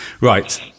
Right